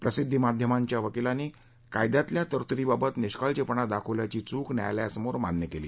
प्रसिध्दी माध्यमांच्या वकीलांनी कायद्यातल्या तरतुदीबाबत निष्काळजीपणा दाखतल्याची चूक न्यायालयासमोर मान्य केली